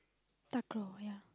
takraw ya